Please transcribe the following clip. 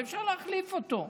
ואפשר להחליף אותו,